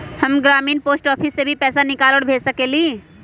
हम ग्रामीण post office से भी पैसा निकाल और भेज सकेली?